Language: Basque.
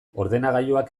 ordenagailuak